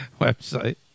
Website